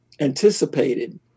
anticipated